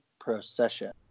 procession